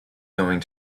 going